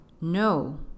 no